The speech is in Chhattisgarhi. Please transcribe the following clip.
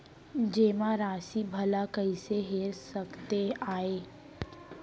जेमा राशि भला कइसे हेर सकते आय?